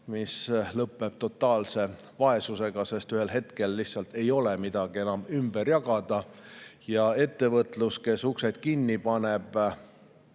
See lõpeb totaalse vaesusega, sest ühel hetkel lihtsalt ei ole midagi enam ümber jagada ja ettevõtlus, kus uksi kinni pannakse,